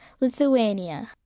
Lithuania